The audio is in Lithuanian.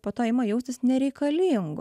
po to ima jaustis nereikalingu